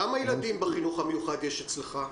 כמה ילדים בחינוך המיוחד יש אצלך?